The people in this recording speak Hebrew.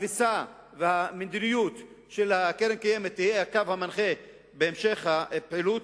התפיסה והמדיניות של הקרן הקיימת יהיו הקו המנחה בהמשך הפעילות.